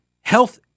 health